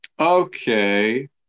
Okay